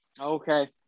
okay